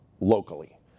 locally